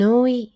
Noi